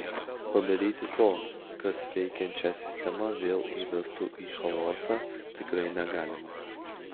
padaryti to kas veikiančią sistemą vėl įvestų į chaosą tikrai negalima